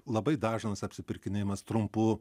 labai dažnas apsipirkinėjamas trumpu